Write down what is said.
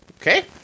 okay